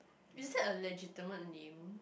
is that a legitimate name